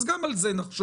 אז גם על זה נחשוב,